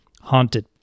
haunted